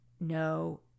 no